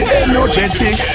energetic